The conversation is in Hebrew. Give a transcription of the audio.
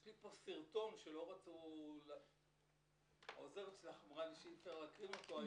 יש לי פה סרטון שהעוזרת שלך אמרה שאי-אפשר להקרין אותו היום,